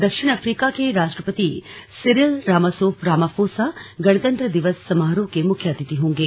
दक्षिण अफ्रीका के राष्ट्रपति सिरिल रामाफोसा गणतंत्र दिवस समारोह के मुख्य अतिथि होंगे